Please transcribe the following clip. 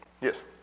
Yes